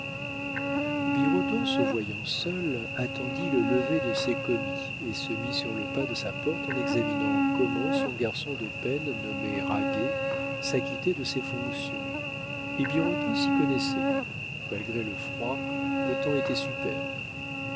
birotteau se voyant seul attendit le lever de ses commis et se mit sur le pas de sa porte en examinant comment son garçon de peine nommé raguet s'acquittait de ses fonctions et birotteau s'y connaissait malgré le froid le temps était superbe